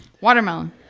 Watermelon